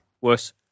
Worse